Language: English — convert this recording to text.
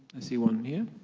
i see one here.